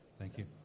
thank you.